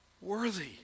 Worthy